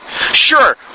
sure